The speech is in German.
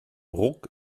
ruck